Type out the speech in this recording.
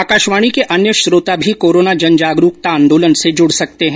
आकाशवाणी के अन्य श्रोता भी कोरोना जनजागरुकता आंदोलन से जुड सकते हैं